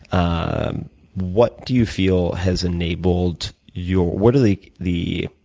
ah what do you feel has enabled your what are the the